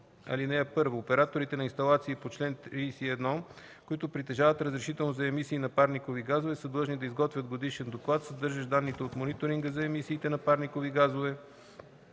36. (1) Операторите на инсталации по чл. 31, които притежават разрешително за емисии на парникови газове, са длъжни да изготвят годишен доклад, съдържащ данните от мониторинга за емисиите на парникови газове,